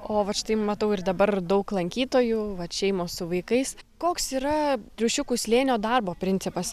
o vat štai matau ir dabar daug lankytojų vat šeimos su vaikais koks yra triušiukų slėnio darbo principas